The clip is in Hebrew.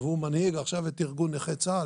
והוא מנהיג עכשיו את ארגון נכי צה"ל.